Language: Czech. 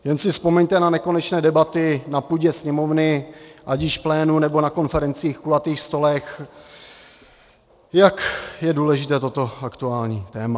Jen si vzpomeňte na nekonečné debaty na půdě Sněmovny, ať již v plénu, nebo na konferencích, kulatých stolech, jak je důležité toto aktuální téma.